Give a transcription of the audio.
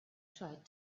tried